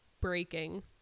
breaking